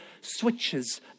switches